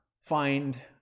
find